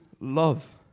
love